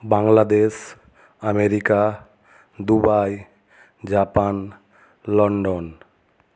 Bangladesh America Dubai Japan London